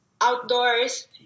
outdoors